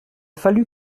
fallu